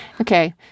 Okay